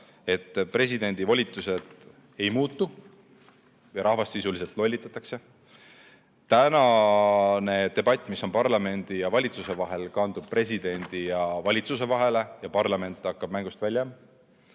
Presidendi volitused ei muutu ja rahvast sisuliselt lollitatakse. Tänane debatt, mis on parlamendi ja valitsuse vahel, kandub presidendi ja valitsuse vahele ja parlament hakkab mängust välja